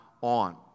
on